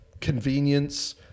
Convenience